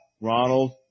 Ronald